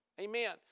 Amen